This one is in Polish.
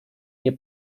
nie